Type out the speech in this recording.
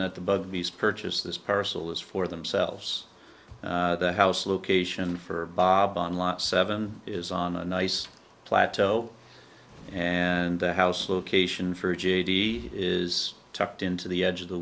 that the buggies purchase this parcel is for themselves the house location for bob on lot seven is on a nice plateau and the house location for g d is tucked into the edge of the